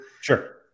Sure